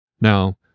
Now